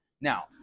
Now